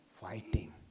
fighting